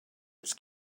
its